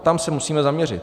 Tam se musíme zaměřit.